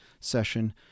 session